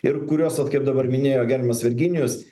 ir kuriuos vat kaip dabar minėjo gerbiamas virginijus